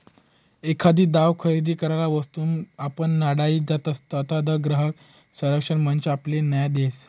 एखादी दाव खरेदी करेल वस्तूमा आपण नाडाई जातसं तधय ग्राहक संरक्षण मंच आपले न्याय देस